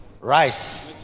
rice